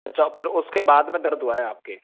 अच्छा फिर उसके बाद में दर्द हुआ है आपके